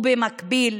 ובמקביל,